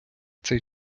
цей